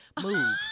Move